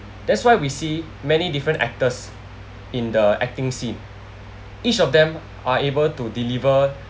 that's why we see many different actors in the acting scene each of them are able to deliver